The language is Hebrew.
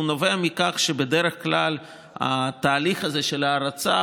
הוא נובע מכך שבדרך כלל התהליך הזה של ההרצה,